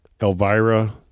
Elvira